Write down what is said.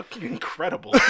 incredible